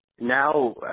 Now